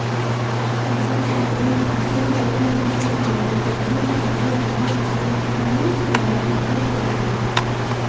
অনেক সময় চাষের জন্য দূষণ ঘটে যেমন সার বা ফার্টি লাইসারের জন্য